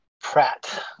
pratt